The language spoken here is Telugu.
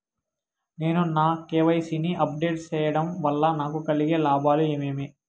నేను నా కె.వై.సి ని అప్ డేట్ సేయడం వల్ల నాకు కలిగే లాభాలు ఏమేమీ?